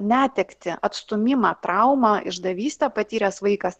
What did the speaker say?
netektį atstūmimą traumą išdavystę patyręs vaikas